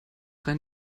rein